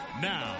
Now